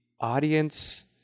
audience